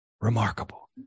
Remarkable